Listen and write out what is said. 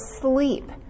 sleep